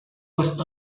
was